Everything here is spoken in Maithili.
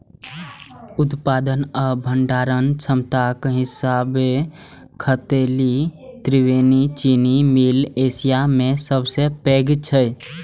उत्पादन आ भंडारण क्षमताक हिसाबें खतौली त्रिवेणी चीनी मिल एशिया मे सबसं पैघ छै